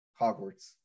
Hogwarts